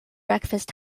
breakfast